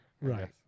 Right